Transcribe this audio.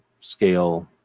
scale